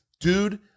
Dude